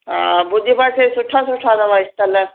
हा भुॼ पासे सुठा सुठा अथव स्थल